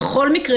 בכל מקרה,